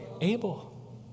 Abel